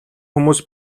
хүмүүс